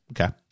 Okay